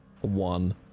one